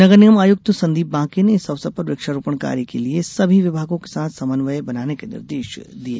नगर निगम आयुक्त संदीप बांके ने इस अवसर पर वृक्षारोपण कार्य के लिये सभी विभागों के साथ समन्वय बनाने के निर्देश दिये